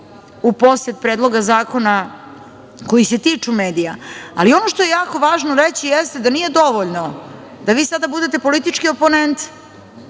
u posed predloga zakona koji se tiču medija. Ono što je važno reći jeste da nije dovoljno da vi sada budete politički oponent